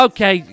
Okay